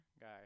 guy